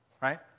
right